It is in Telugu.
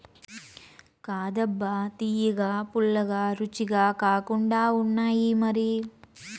కాదబ్బా తియ్యగా, పుల్లగా, రుచిగా కూడుండాయిమరి